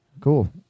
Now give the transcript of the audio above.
Cool